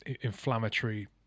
inflammatory